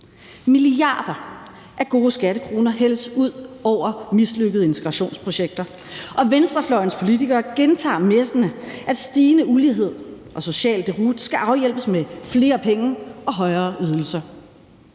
Milliarder af gode skattekroner hældes ud over mislykkede integrationsprojekter. Og venstrefløjens politikere gentager messende, at stigende ulighed og social deroute skal afhjælpes med flere penge og højere ydelser.